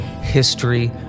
history